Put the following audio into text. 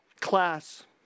class